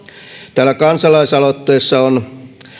täällä kansalaisaloitteessa on